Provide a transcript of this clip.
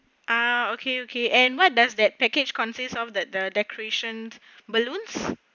ah okay okay and what does that package consists of that the decorations balloons